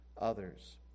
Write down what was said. others